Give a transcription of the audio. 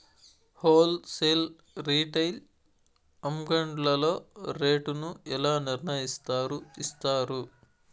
Whole sale retail అంగడ్లలో rate ను ఎలా నిర్ణయిస్తారు యిస్తారు?